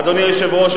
אדוני היושב-ראש,